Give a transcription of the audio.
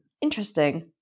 Interesting